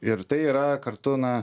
ir tai yra kartu na